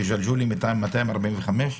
ובג'לג'וליה 245 שקלים?